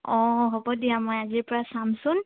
অঁ হ'ব দিয়া মই আজিৰ পৰা চামচোন